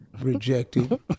rejected